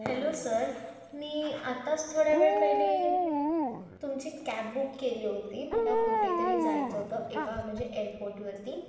hello sir मी आत्ताच थोड्या वेळ पहिले तुमची कॅब बुक केली होती मला कुठेतरी जायचं होतं एका म्हणजे एअरपोर्टवरती